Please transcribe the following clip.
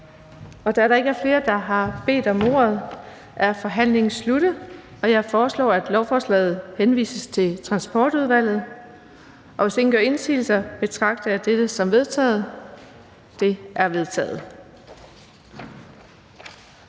Da der ikke er flere, der har bedt om ordet, er forhandlingen sluttet. Jeg foreslår, at lovforslaget henvises til Transportudvalget. Hvis ingen gør indsigelse, betragter jeg dette som vedtaget. Det er vedtaget.